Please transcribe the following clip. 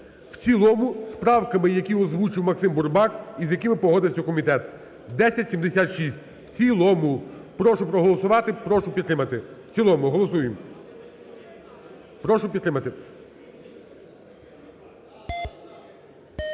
в цілому, з правками, які озвучив Максим Бурбак і з якими погодився комітет, 1076 в цілому. Прошу проголосувати, прошу підтримати в цілому. Голосуємо. Прошу підтримати.